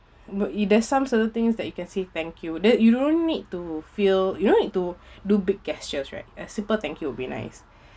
but if there's some certain things that you can say thank you then you don't need to feel you don't need to do big gestures right a simple thank you would be nice